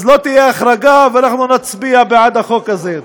אז לא תהיה החרגה, ואנחנו נצביע בעד החוק הזה.